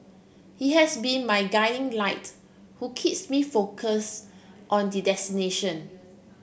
he has been my guiding light who keeps me focus on the destination